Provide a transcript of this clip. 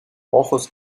ojos